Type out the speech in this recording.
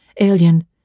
alien